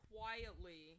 Quietly